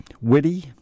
witty